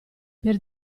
per